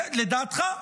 זה לדעתך.